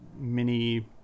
mini